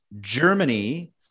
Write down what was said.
Germany